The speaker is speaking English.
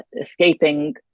escaping